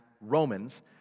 Romans